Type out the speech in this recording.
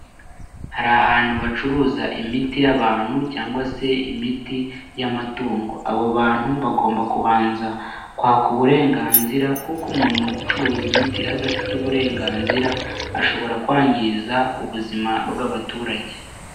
Hari ahantu bacuruza imiti y'abantu cyangwa se imiti y'amatungo. Abo bantu bagomba kubanza kwaka uburenganzira kuko umuntu ucuruza imiti adafite uburenganzira ashobora kwangiriza ubuzima bw'abaturage.